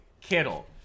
Kittle